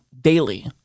daily